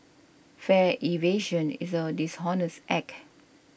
fare evasion is a dishonest act